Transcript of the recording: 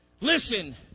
Listen